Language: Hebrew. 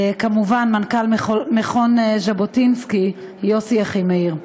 כמובן מנכ"ל מכון ז'בוטינסקי יוסי אחימאיר.